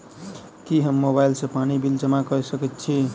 की हम मोबाइल सँ पानि बिल जमा कऽ सकैत छी?